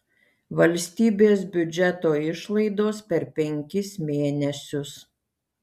valstybės biudžeto išlaidos per penkis mėnesius